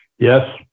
Yes